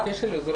בקשר לאזור